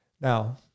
Now